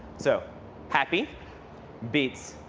so happy beats